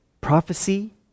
Prophecy